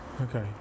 Okay